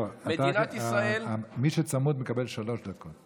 לא, מי שצמוד מקבל שלוש דקות.